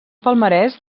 palmarès